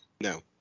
No